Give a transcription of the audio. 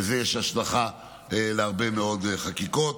לזה יש השלכה להרבה מאוד חקיקות.